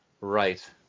right